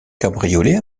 cabriolet